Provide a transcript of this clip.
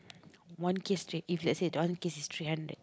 one kiss straight if let's say you don't want to kiss it's three hundred